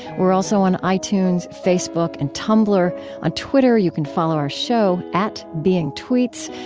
we're also on itunes, facebook, and tumblr. on twitter, you can follow our show at beingtweets.